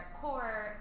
core